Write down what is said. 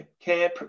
care